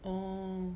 oh